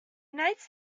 knights